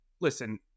listen